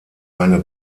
eine